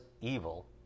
evil